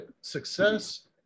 success